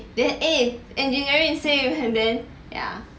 then eh engineering same then ya